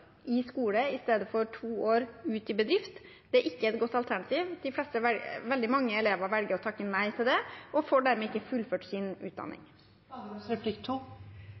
skole istedenfor to år ute i bedrift, er ikke et godt alternativ. Veldig mange elever velger å takke nei til det og får dermed ikke fullført sin